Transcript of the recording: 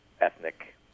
ethnic